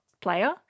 player